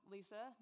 Lisa